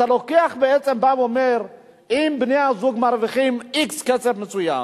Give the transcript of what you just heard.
אתה בא ואומר שאם בני-הזוג מרוויחים x מסוים,